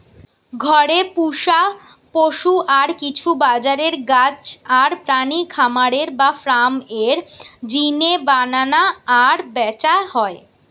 ঘরে পুশা পশু আর কিছু বাজারের গাছ আর প্রাণী খামার বা ফার্ম এর জিনে বানানা আর ব্যাচা হয়